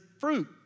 fruit